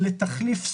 לתחליף סולר.